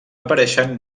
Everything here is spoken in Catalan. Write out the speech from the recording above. apareixen